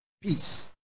peace